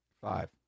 Five